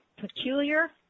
peculiar